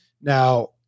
now